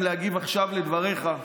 אם להגיב עכשיו על דבריך.